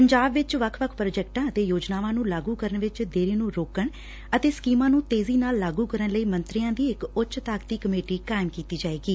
ਪੰਜਾਬ ਵਿਚ ਵੱਖ ਵੱਖ ਪ੍ਰੋਜੈਕਟਾਂ ਅਤੇ ਯੋਜਨਾਵਾਂ ਨੂੰ ਲਾਗੁ ਕਰਨ ਵਿਚ ਦੇਰੀ ਨੂੰ ਰੋਕਣ ਅਤੇ ਸਕੀਮਾਂ ਨੂੰ ਤੇਜ਼ੀ ਨਾਲ ਲਾਗੁ ਕਰਨ ਲਈ ਮੰਤਰੀਆਂ ਦੀ ਇਕ ਉੱਚ ਤਾਕਤੀ ਕਮੇਟੀ ਕਾਇਮ ਕੀਤੀ ਜਾਏਗੀ